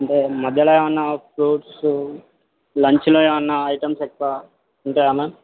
అంటే మధ్యలో ఏమన్న ఫ్రూట్స్ లంచ్లో ఏమన్న ఐటమ్స్ ఎక్కువ ఉంటాయా మ్యామ్